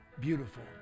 beautiful